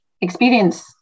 experience